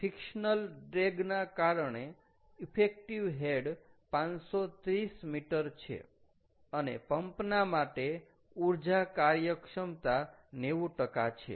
fictional drag ના કારણે effective head 530 m છે અને પંપના માટે ઊર્જા કાર્યક્ષમતા 90 છે